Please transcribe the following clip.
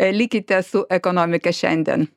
likite su ekonomika šiandien